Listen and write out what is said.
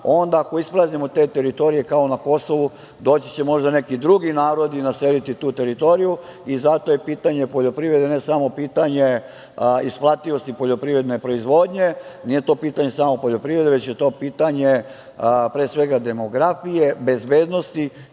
onda ako ispraznimo te teritorije kao na Kosovu, doći će možda neki drugi narodi i naseliti tu teritoriju i zato je pitanje poljoprivrede ne samo pitanje isplativosti poljoprivredne, nije pitanje samo poljoprivrede, već je pitanje pre svega demografije, bezbednosti